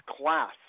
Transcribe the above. class